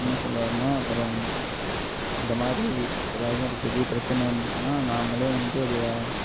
என்ன சொல்ல வரேன்னா அப்புறம் இந்த மாதிரி எதாவது ஒரு பெரிய பிரச்சனை வந்துச்சின்னால் நாம்மளே வந்து அதைய